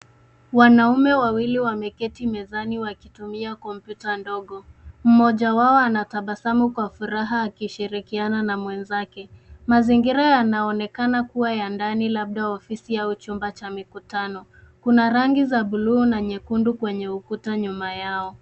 Wanaume wawili wameketi mezani wakitumia kompyuta ndogo. Mmoja wao anatabasamu kwa furaha akishirikiana na mwenzake. Mazingira yanaonekana kuwa ya ndani, labda ofisi au chumba cha mikutano. Kuna rangi za buluu na nyekundu kwenye ukuta nyuma yao.